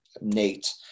Nate